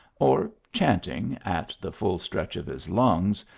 or chanting, at the full stretch of his lungs,